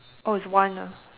oh is one ah